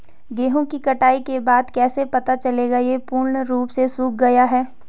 गेहूँ की कटाई के बाद कैसे पता चलेगा ये पूर्ण रूप से सूख गए हैं?